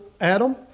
Adam